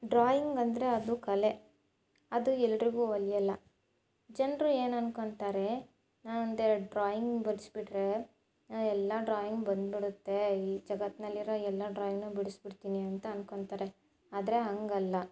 drawing ಅಂದರೆ ಅದು ಕಲೆ ಅದು ಎಲ್ಲರಿಗು ಒಲಿಯೊಲ್ಲ ಜನರು ಏನು ಅಂದ್ಕೋತಾರೆ ನಾನು ಒಂದೆರಡು ಡ್ರಾಯಿಂಗ್ ಬಿಡಿಸ್ಬಿಟ್ರೆ ನನಗ್ ಎಲ್ಲ ಡ್ರಾಯಿಂಗ್ ಬಂದ್ಬಿಡುತ್ತೆ ಈ ಜಗತ್ತಿನಲ್ಲಿರುವ ಎಲ್ಲ ಡ್ರಾಯಿಂಗನ್ನು ಬಿಡಸಿಬಿಡ್ತೀನಿ ಅಂತ ಅಂದ್ಕೋತಾರೆ ಆದರೆ ಹಾಗಲ್ಲ